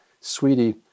sweetie